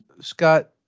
Scott